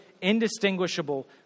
indistinguishable